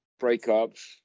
breakups